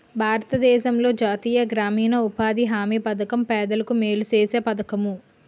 భారతదేశంలో జాతీయ గ్రామీణ ఉపాధి హామీ పధకం పేదలకు మేలు సేసే పధకము